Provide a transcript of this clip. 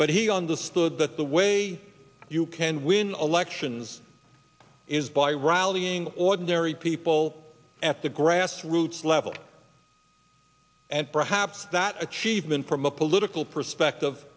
but he understood that the way you can win elections is by rallying ordinary people at the grassroots level and perhaps that achievement from a political perspective